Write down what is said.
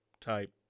type